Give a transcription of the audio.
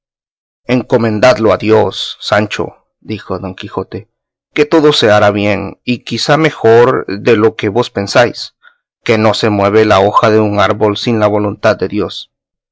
encomendadlo a dios sancho dijo don quijote que todo se hará bien y quizá mejor de lo que vos pensáis que no se mueve la hoja en el árbol sin la voluntad de dios